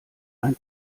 ein